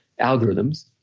algorithms